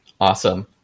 Awesome